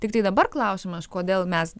tiktai dabar klausimas kodėl mes